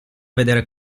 vedere